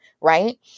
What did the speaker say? right